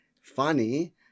funny